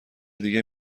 دیگه